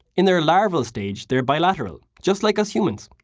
in their larval stage, they're bilateral, just like us humans.